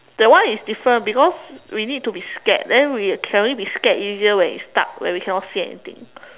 that one is different because we need to be scared then we can only be scared easier when it's dark when we cannot see anything